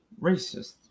racist